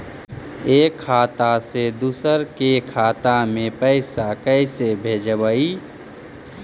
एक खाता से दुसर के खाता में पैसा कैसे भेजबइ?